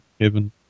heaven